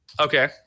Okay